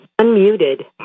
Unmuted